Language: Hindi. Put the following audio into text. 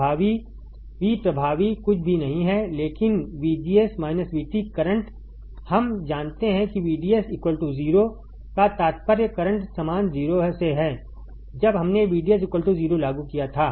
प्रभावी v प्रभावी कुछ भी नहीं है लेकिन VGS VT करंट हम जानते हैं कि VDS 0 का तात्पर्य करंट समान 0 से है जब हमने VDS 0 लागू किया था